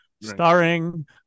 starring